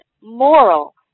moral